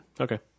Okay